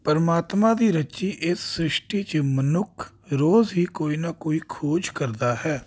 ਪਰਮਾਤਮਾ ਦੀ ਰਚੀ ਇਸ ਸ੍ਰਿਸ਼ਟੀ 'ਚ ਮਨੁੱਖ ਰੋਜ਼ ਹੀ ਕੋਈ ਨਾ ਕੋਈ ਖੋਜ ਕਰਦਾ ਹੈ